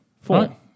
Four